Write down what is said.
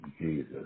Jesus